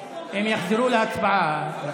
הם יחזרו להצבעה.